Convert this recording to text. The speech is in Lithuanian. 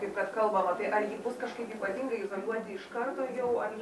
kaip kad kalbama tai ar ji bus kažkaip ypatingai izoliuoti iš karto jau ar